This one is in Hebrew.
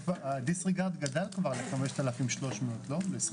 הדיסריגרד כבר גדל ל-5,300, לא?